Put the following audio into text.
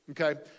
Okay